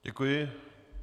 Děkuji.